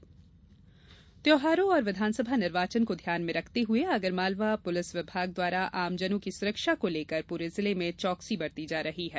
सुरक्षा त्यौहारों व विधानसभा निर्वाचन को ध्यान में रखते हुए आगरमालवा पुलिस विभाग द्वारा आमजनों की सुरक्षा को लेकर पूरे जिले में चौकसी बरती जा रही है